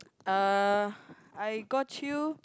uh I got you